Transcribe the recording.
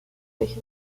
durch